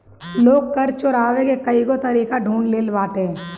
लोग कर चोरावे के कईगो तरीका ढूंढ ले लेले बाटे